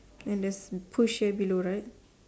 and there's push here below right